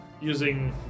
using